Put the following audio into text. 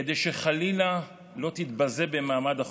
כדי שחלילה לא תתבזה במעמד החופה.